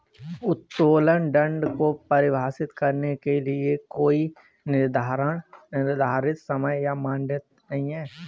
उत्तोलन ऋण को परिभाषित करने के लिए कोई निर्धारित नियम या मानदंड नहीं है